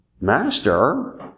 Master